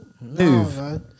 Move